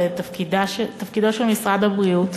זה תפקידו של משרד הבריאות,